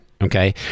Okay